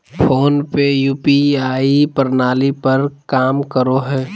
phone पे UPI प्रणाली पर काम करो हय